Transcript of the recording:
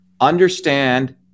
understand